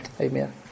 Amen